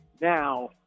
Now